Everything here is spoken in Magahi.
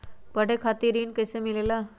पढे खातीर ऋण कईसे मिले ला?